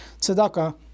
tzedakah